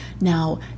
Now